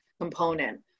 component